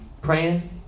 praying